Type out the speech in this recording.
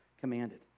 commanded